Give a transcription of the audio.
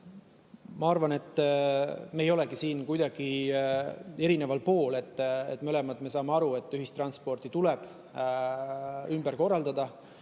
Ma arvan, et me ei olegi siin kuidagi erineval pool. Mõlemad me saame aru, et ühistransporti tuleb ümber korraldada,